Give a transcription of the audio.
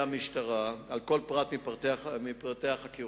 המשטרה על כל פרט מפרטי החקירות,